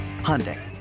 Hyundai